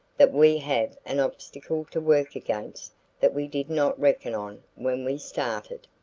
that we have an obstacle to work against that we did not reckon on when we started.